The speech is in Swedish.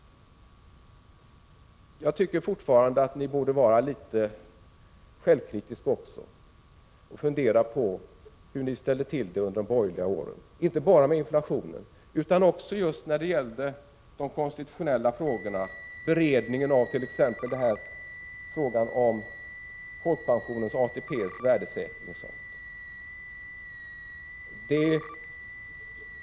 Jag tycker fortfarande att ni borde vara litet självkritiska också och fundera på hur ni ställde till det under de borgerliga åren, inte bara med inflationen utan också just när det gällde de konstitutionella frågorna, t.ex. beredningen av frågan om folkpensionens och ATP:s värdesäkring.